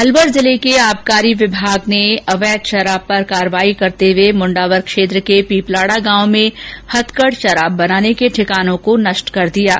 अलवर जिले के आबकारी विभाग ने अवैध शराब पर कार्रवाई करते हुए मुण्डावर क्षेत्र के पीपलाडा गांव में हथकढ़ शराब बनाने के ठिकानों को नष्ट किया है